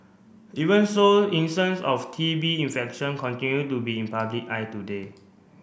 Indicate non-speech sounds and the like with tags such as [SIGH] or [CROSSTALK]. even so [UNINTELLIGIBLE] of T B infection continue to be in public eye today